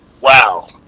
wow